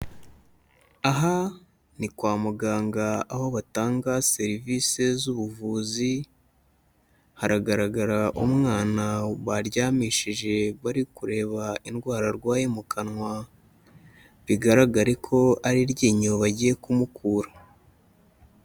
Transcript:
Aha ni kwa muganga aho batanga serivisi z'ubuvuzi, haragaragara umwana baryamishije bari kureba indwara arwaye mu kanwa, bigaragare ko ari iryinyo bagiye kumukura.